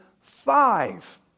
five